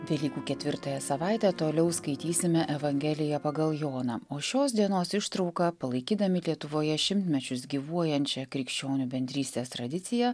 velykų ketvirtąją savaitę toliau skaitysime evangeliją pagal joną o šios dienos ištrauką palaikydami lietuvoje šimtmečius gyvuojančią krikščionių bendrystės tradiciją